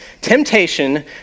temptation